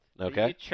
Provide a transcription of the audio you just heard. Okay